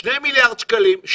שני מיליארד שקלים,